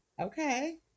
Okay